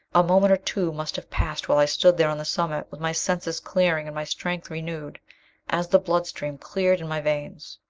a moment or two must have passed while i stood there on the summit, with my senses clearing and my strength renewed as the blood stream cleared in my veins.